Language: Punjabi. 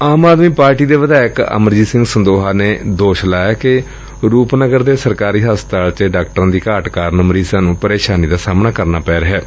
ਆਮ ਆਦਮੀ ਪਾਰਟੀ ਦੇ ਵਿਧਾਇਕ ਅਮਰਜੀਤ ਸਿੰਘ ਸੰਦੋਹਾ ਨੇ ਦੋਸ਼ ਲਾਇਐ ਕਿ ਰੁਪਨਗਰ ਦੇ ਸਰਕਾਰੀ ਹਸਪਤਾਲ ਚ ਡਾਕਟਰਾਂ ਦੀ ਘਾਟ ਕਾਰਨ ਮਰੀਜ਼ਾਂ ਨੂੰ ਪ੍ਰੇਸ਼ਾਨੀ ਦਾ ਸਾਹਮਣਾ ਕਰਨਾ ਪੈੱ ਰਿਹੈ